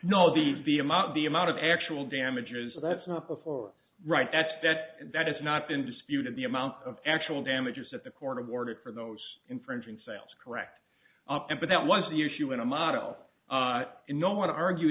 no the the amount the amount of actual damages that's not before right at that that has not been disputed the amount of actual damages that the court awarded for those infringing sales correct up but that was the issue in a model and no one argue